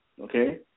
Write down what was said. Okay